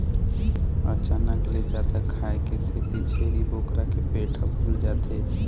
अचानक ले जादा खाए के सेती छेरी बोकरा के पेट ह फूल जाथे